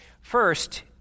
First